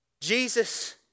Jesus